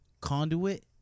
conduit